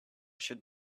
should